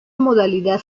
modalidad